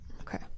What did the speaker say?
okay